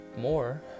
more